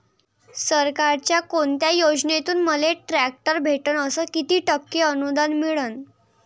सरकारच्या कोनत्या योजनेतून मले ट्रॅक्टर भेटन अस किती टक्के अनुदान मिळन?